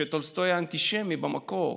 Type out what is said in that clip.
שטולסטוי היה אנטישמי במקור.